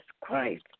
Christ